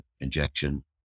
injection